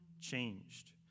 changed